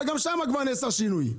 אבל גם שם נעשה שינוי.